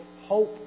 hope